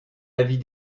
avis